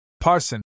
parson